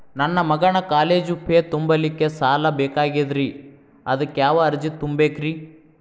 ನನ್ನ ಮಗನ college fee ತುಂಬಲಿಕ್ಕೆ ಸಾಲ ಬೇಕಾಗೆದ್ರಿ ಅದಕ್ಯಾವ ಅರ್ಜಿ ತುಂಬೇಕ್ರಿ?